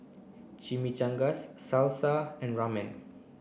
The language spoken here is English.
Chimichangas Salsa and Ramen